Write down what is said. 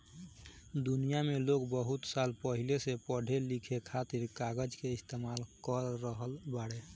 दुनिया में लोग बहुत साल पहिले से पढ़े लिखे खातिर कागज के इस्तेमाल कर रहल बाड़े